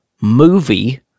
movie